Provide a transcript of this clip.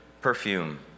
perfume